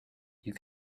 you